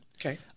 Okay